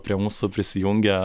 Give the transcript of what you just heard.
prie mūsų prisijungia